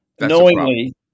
Knowingly